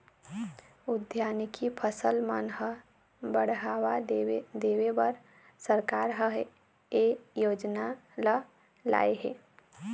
उद्यानिकी फसल मन ह बड़हावा देबर सरकार ह ए योजना ल लाए हे